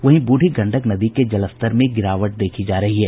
वहीं बूढ़ी गंडक नदी के जलस्तर में गिरावट देखी जा रही है